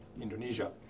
Indonesia